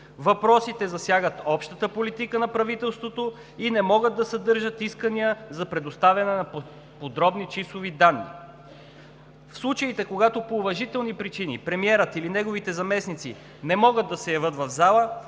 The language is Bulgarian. Въпросите засягат общата политика на правителството и не могат да съдържат искания за предоставяне на подробни числови данни. В случаите, когато по уважителни причини премиерът или неговите заместници не могат да се явят в залата,